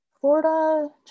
Florida